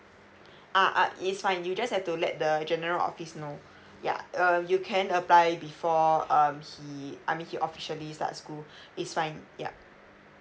ah ah it's fine you just have to let the general office know yeah uh you can apply before um he I mean he officially start school is fine yup